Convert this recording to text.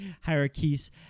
hierarchies